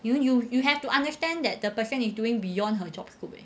you you you have to understand that the person is doing beyond her job scope eh